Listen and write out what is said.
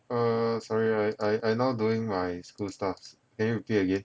err sorry sorry I I now doing my school stuff can you repeat again